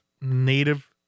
native